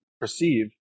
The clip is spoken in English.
perceive